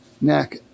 neck